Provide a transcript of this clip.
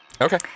Okay